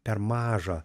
per maža